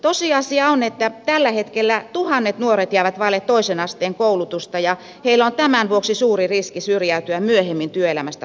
tosiasia on että tällä hetkellä tuhannet nuoret jäävät vaille toisen asteen koulutusta ja heillä on tämän vuoksi suuri riski syrjäytyä myöhemmin työelämästä kokonaan